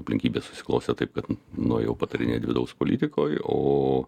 aplinkybės susiklostė taip kad nuėjau patarinėti vidaus politikoj o